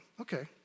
okay